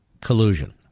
collusion